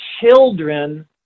children